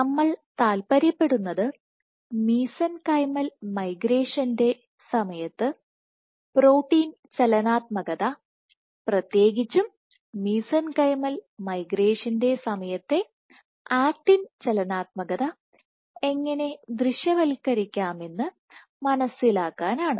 നമ്മൾ താൽപര്യപ്പെടുന്നത് മിസെൻകൈമൽ മൈഗ്രേഷന്റെ സമയത്ത് പ്രോട്ടീൻ ചലനാത്മകത പ്രത്യേകിച്ചും മിസെൻകൈമൽ മൈഗ്രേഷന്റെ സമയത്തെ ആക്റ്റിൻ ചലനാത്മകത എങ്ങനെ ദൃശ്യവൽക്കരിക്കാമെന്ന് മനസ്സിലാക്കാനാണ്